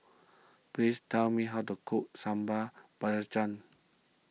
please tell me how to cook Sambal Belacan